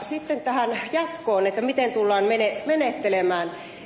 sitten tähän jatkoon miten tullaan menettelemään